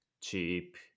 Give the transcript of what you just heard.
cheap